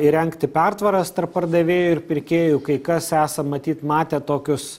įrengti pertvaras tarp pardavėjų ir pirkėjų kai kas esam matyt matę tokius